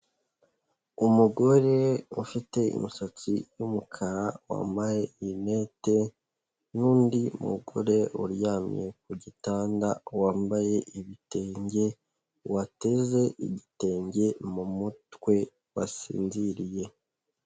Umugore ufite imisatsi y'umukara wambaye rinete nundi mugore uryamye ku gitanda wambaye ibitenge wateze igitenge mu mutwe wasinziriye.